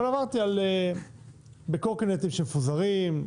אבל עברתי בקורקינטים שמפוזרים,